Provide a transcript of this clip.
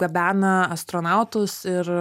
gabena astronautus ir